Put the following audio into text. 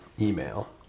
email